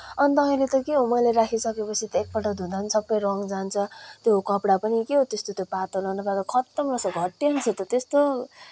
अन्त अहिले त के हो मैले राखि सकेपछि त एकपल्ट धुँदा पनि सबै रङ्ग जान्छ त्यो कपडा पनि के हो त्यस्तो पातलो न पातलो खत्तम रहेछ त घटिया पो रहेछ त त्यस्तो